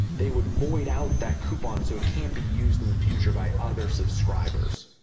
they would void out that coupon so it can't be used in the future by other subscribers.